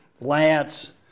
Lance